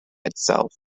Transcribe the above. itself